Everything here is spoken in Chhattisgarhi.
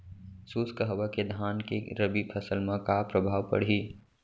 शुष्क हवा के धान के रबि फसल मा का प्रभाव पड़ही?